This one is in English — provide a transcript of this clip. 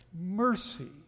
mercy